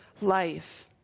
life